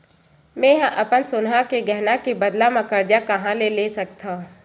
मेंहा अपन सोनहा के गहना के बदला मा कर्जा कहाँ ले सकथव?